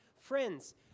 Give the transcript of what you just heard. Friends